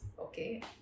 Okay